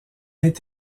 est